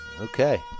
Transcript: Okay